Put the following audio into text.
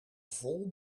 vol